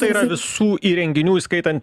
t y visų įrenginių įskaitant